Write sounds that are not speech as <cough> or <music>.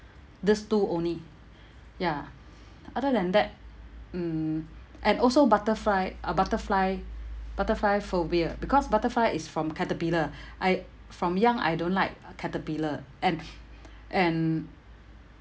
this two only <breath> ya other than that mm and also butterfly uh butterfly butterfly phobia because butterfly is from caterpillar <breath> I from young I don't like caterpillar and <breath> and